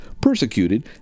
persecuted